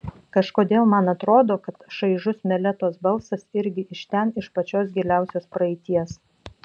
kažkodėl man atrodo kad šaižus meletos balsas irgi iš ten iš pačios giliausios praeities